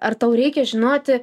ar tau reikia žinoti